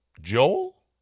Joel